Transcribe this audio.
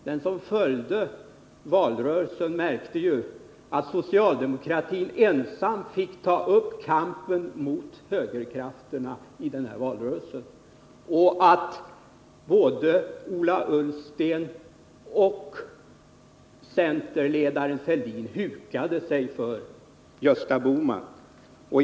Den som följde valrörelsen märkte ju att socialdemokratin ensam fick ta upp kampen mot högerkrafterna och att både Ola Ullsten och centerledaren Fälldin hukade sig för Gösta Bohman.